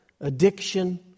addiction